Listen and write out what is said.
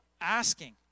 asking